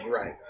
right